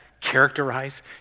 characterize